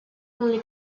only